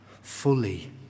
fully